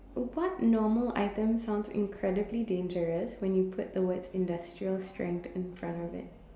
what normal item sounds incredibly dangerous when you put the words industrial strength in front of it